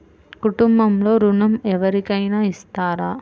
కుటుంబంలో ఋణం ఎవరికైనా ఇస్తారా?